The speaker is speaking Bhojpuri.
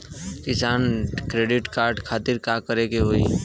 किसान क्रेडिट कार्ड खातिर का करे के होई?